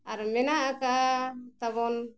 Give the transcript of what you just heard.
ᱟᱨ ᱢᱮᱱᱟᱜ ᱟᱠᱟᱫ ᱛᱟᱵᱚᱱ